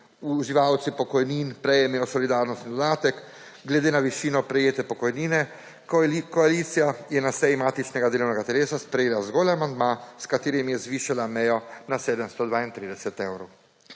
uživalci pokojnin prejmejo solidarnostni dodatek glede na višino prejete pokojnine. Koalicija je na seji matičnega delovnega telesa sprejela zgolj amandma, s katerim je zvišala mejo na 732 evrov.